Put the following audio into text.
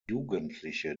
jugendliche